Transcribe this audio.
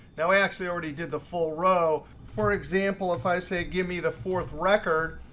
now we actually already did the full row. for example, if i say give me the fourth record,